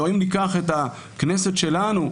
או אם ניקח את הכנסת שלנו,